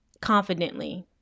Confidently